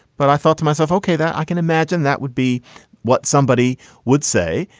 but i thought to myself, okay, that i can imagine that would be what somebody would say.